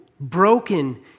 broken